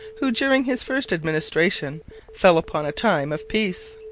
who during his first administration fell upon a time of peace.